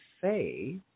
say